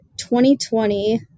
2020